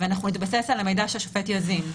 נתבסס על המידע שהשופט יזין.